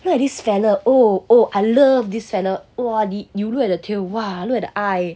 look at this feather oh I love this feather !wah! you look at the tail !wah! look at the eye